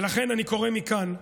ולכן, אני קורא מכאן,